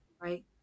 Right